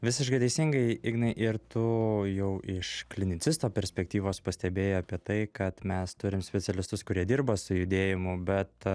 visiškai teisingai ignai ir tu jau iš klinicisto perspektyvos pastebėjai apie tai kad mes turim specialistus kurie dirba su judėjimu bet